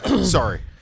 sorry